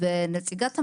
נציגת המל"ג,